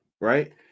right